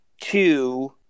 two